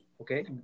Okay